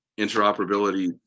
interoperability